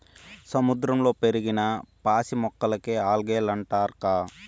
సముద్రంలో పెరిగిన పాసి మొక్కలకే ఆల్గే లంటారక్కా